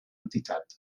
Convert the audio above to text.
entitat